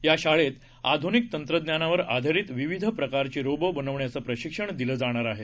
या शाळेत आधुनिक तंत्रज्ञानावर आधारीत विविध प्रकारचे रोबो बनवण्याचं प्रशिक्षण दिलं जाणार आहे